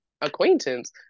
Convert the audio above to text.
acquaintance